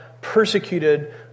persecuted